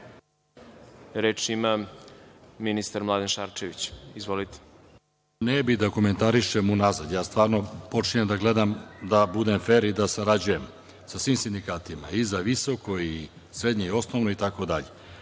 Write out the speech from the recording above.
ima ministar Mladen Šarčević. **Mladen Šarčević** Ne bih da komentarišem unazad. Ja stvarno počinjem da gledam, da budem fer i da sarađujem sa svim sindikatima, i za visoko, srednje i osnovno itd.